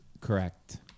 correct